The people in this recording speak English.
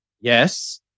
Yes